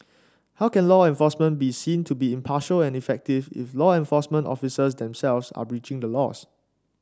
how can law enforcement be seen to be impartial and effective if law enforcement officers themselves are breaching the laws